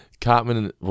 Cartman